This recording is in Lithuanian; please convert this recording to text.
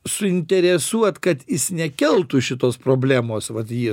suinteresuot kad jis nekeltų šitos problemos vat jį